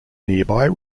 nearby